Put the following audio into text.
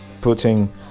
putting